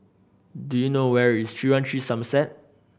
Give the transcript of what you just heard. do you know where is Three One Three Somerset